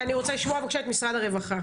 אני רוצה לשמוע בבקשה את משרד הרווחה.